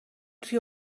توی